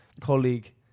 colleague